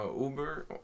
Uber